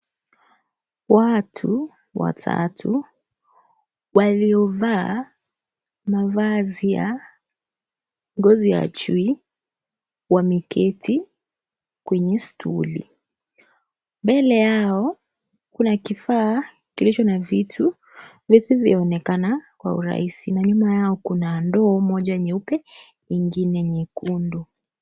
Watu watatu waliovaa mavazi ya ngozi ya chui wameketi kwenye stuli. Mbele yao kuna kifaa kilicho na vitu visivyoonekana kwa urahisi na nyuma yao kuna ndoo moja nyeupe na nyigine nyekundu.